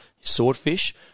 swordfish